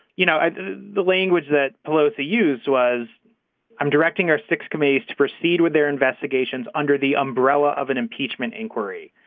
you know the language that pelosi used was i'm directing our six committees to proceed with their investigations under the umbrella of an impeachment inquiry.